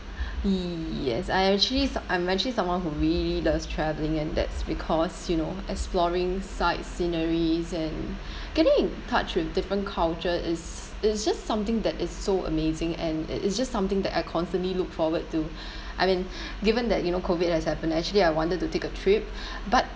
yes I actually so~ I'm actually someone who really loves travelling and that's because you know exploring sights sceneries and getting in touch with different culture is it's just something that is so amazing and it is just something that I constantly look forward to I mean given that you know COVID has happened actually I wanted to take a trip but